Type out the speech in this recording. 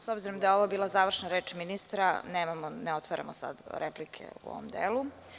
S obzirom da je ovo bila završna reč ministra ne otvaramo dalje replike u ovom delu.